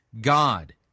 God